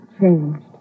changed